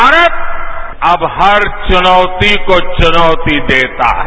भारत अब हर चुनौती को चुनौती देता है